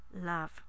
love